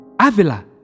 Avila